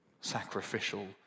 sacrificial